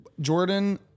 Jordan